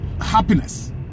happiness